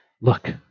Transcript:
look